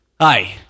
Hi